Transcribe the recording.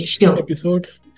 episodes